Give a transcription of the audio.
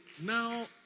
now